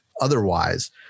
otherwise